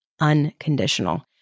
Unconditional